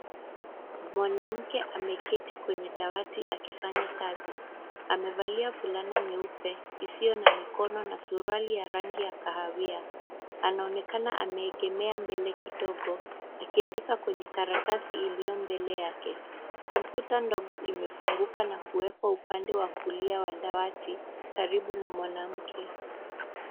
Mwanamke ameketi kwenye dawati akifanya kazi. Amevalia fulana nyeupe isiyo na mikono na suruali ya rangi ya kahawia. Anaonekana ameegemea mbele kidogo, akiandika kwenye karatasi iliyo mbele yake. Kompyuta ndogo imefunguka na kuwekwa upande wa kulia wa dawati karibu na mwanamke.